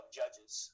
judges